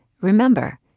Remember